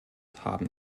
haben